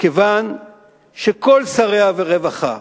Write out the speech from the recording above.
כיוון שכל שרי הרווחה,